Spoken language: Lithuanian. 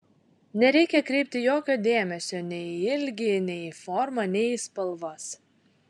nereikia kreipti jokio dėmesio nei į ilgį nei į formą nei į spalvas